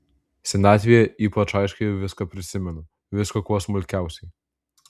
senatvėje ypač aiškiai viską prisimenu viską kuo smulkiausiai